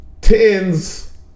Tens